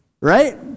Right